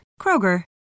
Kroger